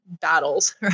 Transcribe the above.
battles